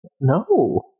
No